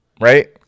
Right